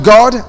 God